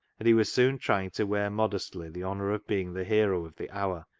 and he was soon trying to wear modestly the honour of being the hero of the hour,